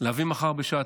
להביא מחר בשעה